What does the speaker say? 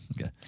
Okay